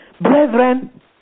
Brethren